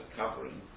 covering